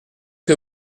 que